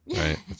right